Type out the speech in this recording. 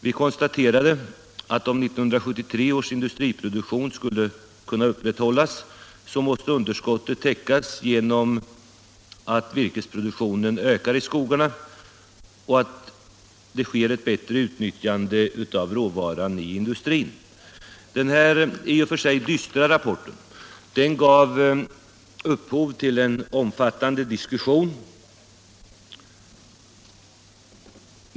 Vidare framhålls att om 1973 års industriproduktion skall kunna upprätthållas, måste underskottet täckas genom att virkesproduktionen ökar i skogarna och genom ett bättre utnyttjande av råvaran i industrin. Denna i och för sig dystra rapport gav upphov till en omfattande diskussion.